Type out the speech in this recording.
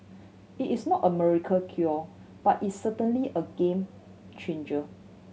it is no America cure but it's certainly a game changer